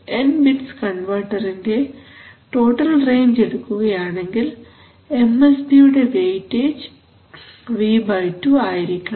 N bits കൺവെർട്ടറിന്റെ total range എടുക്കുകയാണെങ്കിൽ MSB യുടെ വെയിറ്റേജ് V2 ആയിരിക്കണം